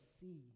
see